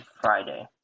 Friday